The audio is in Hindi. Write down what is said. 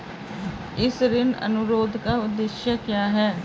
इस ऋण अनुरोध का उद्देश्य क्या है?